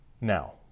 now